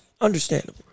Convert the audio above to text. understandable